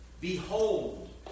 Behold